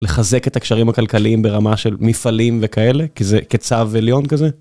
לחזק את הקשרים הכלכליים ברמה של מפעלים וכאלה? כי זה - כצו עליון כזה?